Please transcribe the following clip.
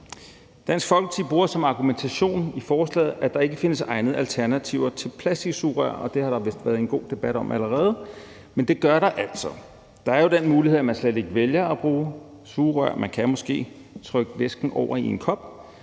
Dansk Folkeparti bruger som argumentation i forslaget, at der ikke findes egnede alternativer til plastiksugerør – det har der vist været en god debat om allerede – men det gør der altså. Der er jo den mulighed, at man slet ikke vælger at bruge sugerør. Man kan måske trykke væsken over i en kop.